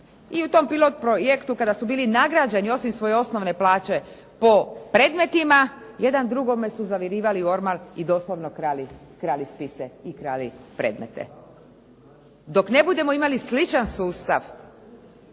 I u tom pilot projektu kada su bili nagrađeni osim svoje osnovne plaće po predmetima jedan drugome su zavirivali u ormar i doslovno krali spise i krali predmete. Dok ne budemo imali sličan sustav